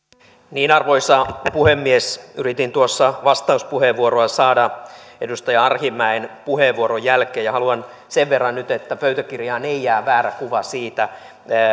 lapsilisistä arvoisa puhemies yritin tuossa vastauspuheenvuoroa saada edustaja arhinmäen puheenvuoron jälkeen ja haluan sen verran nyt sanoa että pöytäkirjaan ei jää väärä kuva siitä